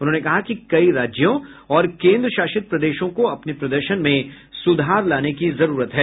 उन्होंने कहा कि कई राज्यों और केंद्रशासित प्रदेशों को अपने प्रदर्शन में सुधार लाने की जरूरत है